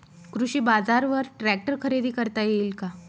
कृषी बाजारवर ट्रॅक्टर खरेदी करता येईल का?